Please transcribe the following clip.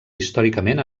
històricament